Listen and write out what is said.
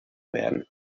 werden